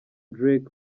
drake